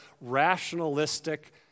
rationalistic